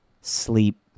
sleep